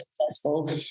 successful